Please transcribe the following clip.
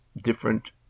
different